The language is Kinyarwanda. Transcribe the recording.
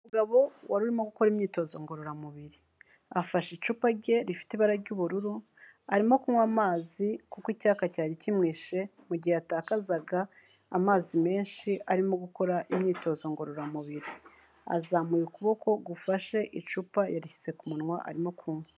Umugabo wari urimo gukora imyitozo ngororamubiri, afashe icupa rye rifite ibara ry'ubururu, arimo kunywa amazi kuko icyapa cyari kimwishe mu gihe yatakazaga amazi menshi arimo gukora imyitozo ngororamubiri, azamuye ukuboko gufashe icupa, yarishyize ku munwa, arimo kunywa.